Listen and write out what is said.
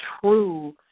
true